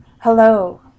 Hello